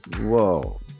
Whoa